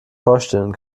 vorstellen